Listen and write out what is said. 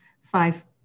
five